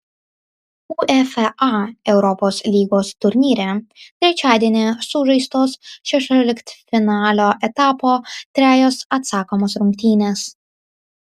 uefa europos lygos turnyre trečiadienį sužaistos šešioliktfinalio etapo trejos atsakomos rungtynės